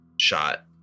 Shot